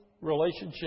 relationship